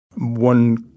One